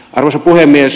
arvoisa puhemies